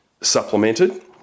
supplemented